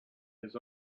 his